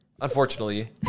Unfortunately